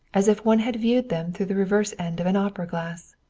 as if one had viewed them through the reverse end of an opera glass.